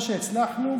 או שהצלחנו,